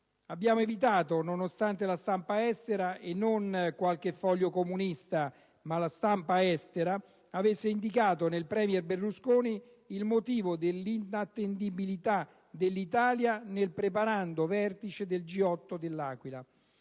Abbiamo evitato, nonostante la stampa estera e non qualche foglio comunista (ripeto, la stampa estera) avesse indicato nel *premier* Berlusconi il motivo dell'inattendibilità dell'Italia nel preparando vertice del G8 de L'Aquila.